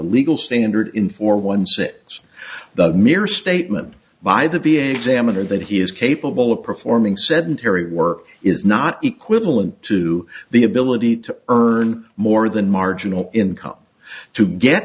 the legal standard in for once that the mere statement by the b h examiner that he is capable of performing sedentary work is not equivalent to the ability to earn more than marginal income to get